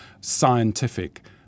scientific